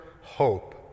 hope